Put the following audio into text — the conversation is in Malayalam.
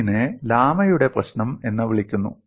ഇതിനെ ലാമയുടെ പ്രശ്നം എന്ന് വിളിക്കുന്നു